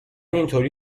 اینطوری